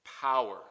power